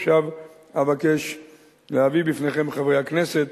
עכשיו אבקש להביא בפניכם, חברי הכנסת,